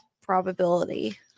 probability